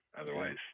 Otherwise